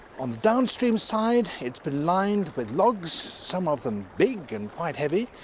on the downstream side, it's been lined with logs, some of them big and quite heavy,